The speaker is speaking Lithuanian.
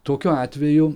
tokiu atveju